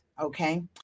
Okay